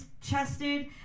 chested